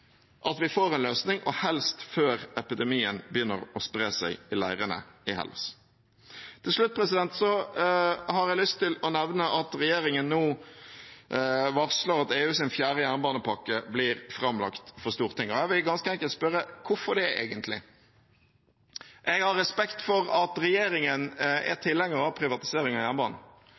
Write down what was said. at vi får en løsning – helst før epidemien begynner å spre seg i leirene i Hellas. Til slutt har jeg lyst til å nevne at regjeringen nå varsler at EUs fjerde jernbanepakke blir framlagt for Stortinget. Jeg vil ganske enkelt spørre: Hvorfor det, egentlig? Jeg har respekt for at regjeringen er tilhenger av privatisering av jernbanen,